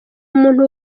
umuntu